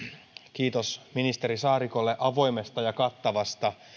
kiitos ministeri saarikolle avoimesta ja kattavasta